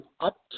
up